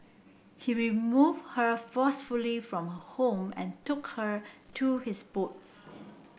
he removed her forcefully from home and took her to his boats